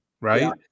right